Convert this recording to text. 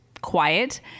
Quiet